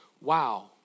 wow